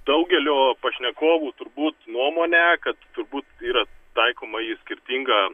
daugelio pašnekovų turbūt nuomonę kad turbūt yra taikoma į skirtingą